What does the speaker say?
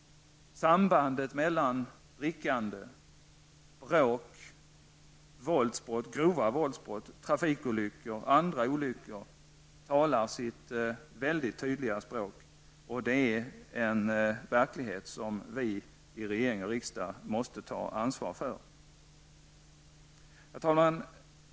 Sambandet mellan drickande, bråk, grova våldsbrott, trafikolyckor och andra olyckor talar sitt mycket tydliga språk, och detta är en verklighet som vi i regering och riksdag måste ta ansvar för. Herr talman!